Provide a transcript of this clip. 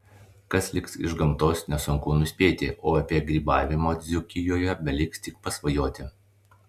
kas liks iš gamtos nesunku nuspėti o apie grybavimą dzūkijoje beliks tik pasvajoti